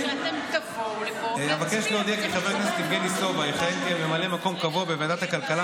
הכנסת יבגני סובה יכהן כממלא מקום קבוע בוועדת הכלכלה